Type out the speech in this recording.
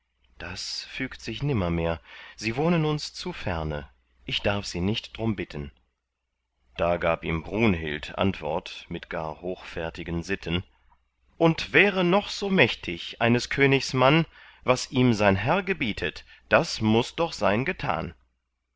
das fügt sich nimmermehr sie wohnen uns zu ferne ich darf sie nicht drum bitten da gab ihm brunhild antwort mit gar hochfärtgen sitten und wäre noch so mächtig eines königs mann was ihm sein herr gebietet das muß doch sein getan